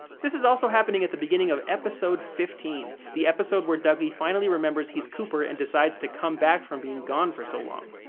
this is also happening at the beginning of episode fifteen, the episode where dougie finally remembers he's cooper and decides to come back from being gone for so long.